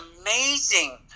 amazing